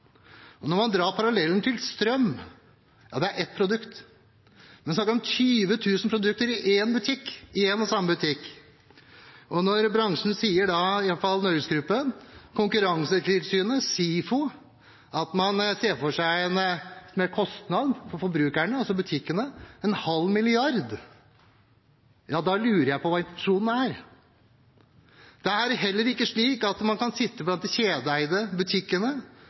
Når man trekker parallellen til strøm, så er det ett produkt. Her er det snakk om 20 000 produkter i én butikk – i én og samme butikk. Og når bransjen sier – i hvert fall NorgesGruppen, Konkurransetilsynet og SIFO – at man ser for seg en kostnad for forbrukerne og butikkene på en halv milliard kroner, lurer jeg på hva intensjonen er. Det er heller ikke slik at man kan sitte og se i de